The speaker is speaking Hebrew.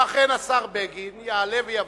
ואכן, השר בגין יעלה ויבוא,